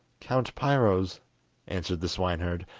count piro's answered the swineherd,